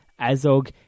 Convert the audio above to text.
Azog